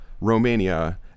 Romania